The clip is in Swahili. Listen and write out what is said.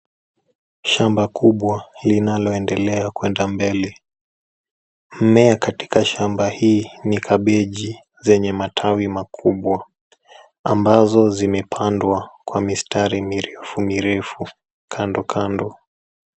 Shamba kubwa linaloendelea kuenda mbele. Mmea katika shamba hii ni kabeji zenye matawi makubwa ambazo zimepandwa kwa mistari mirefu mirefu kando kando.